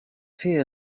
fer